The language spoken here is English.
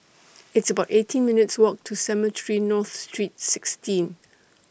It's about eighteen minutes' Walk to Cemetry North Street sixteen